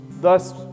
thus